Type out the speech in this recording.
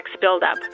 buildup